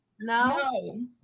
no